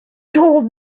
told